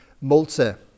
Malta